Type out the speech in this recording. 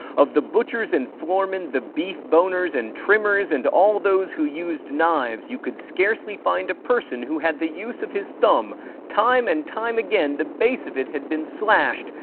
of the butchers and floormen, the beef-boners and trimmers, and all those who used knives, you could scarcely find a person who had the use of his thumb time and time again the base of it had been slashed,